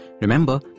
Remember